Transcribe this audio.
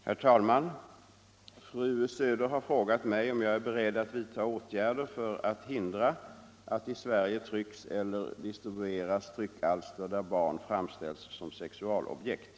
Herr talman! Fru Söder har frågat mig om jag är beredd att vidta Om förbud mot åtgärder för att hindra att i Sverige trycks eller distribueras tryckalster = vissa pornografiska där barn framställs som sexualobjekt.